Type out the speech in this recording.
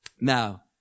Now